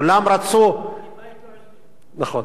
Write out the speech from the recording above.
כולם רצו, נכון.